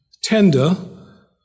tender